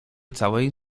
całej